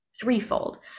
threefold